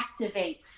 activates